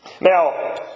Now